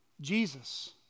Jesus